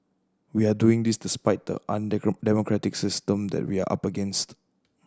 we are doing this despite the democratic system that we are up against